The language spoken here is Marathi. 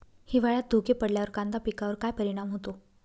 हिवाळ्यात धुके पडल्यावर कांदा पिकावर काय परिणाम होतो?